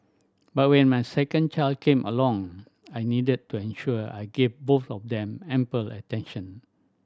but when my second child came along I needed to ensure I gave both of them ample attention